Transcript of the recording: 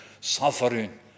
suffering